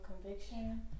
conviction